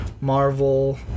Marvel